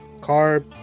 carb